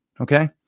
okay